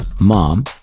mom